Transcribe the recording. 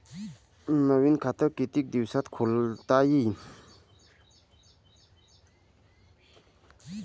नवीन खात कितीक दिसात खोलता येते?